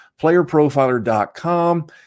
playerprofiler.com